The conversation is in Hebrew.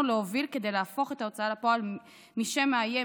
להוביל כדי להפוך את ההוצאה לפועל משם מאיים,